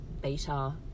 beta –